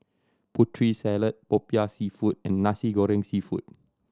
Putri Salad Popiah Seafood and Nasi Goreng Seafood